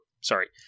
sorry